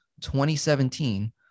2017